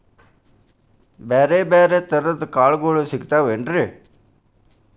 ಬ್ಯಾರೆ ಬ್ಯಾರೆ ತರದ್ ಕಾಳಗೊಳು ಸಿಗತಾವೇನ್ರಿ?